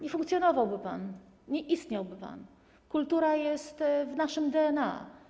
Nie funkcjonowałby pan, nie istniałby pan. Kultura jest w naszym DNA.